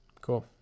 Cool